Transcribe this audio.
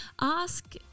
Ask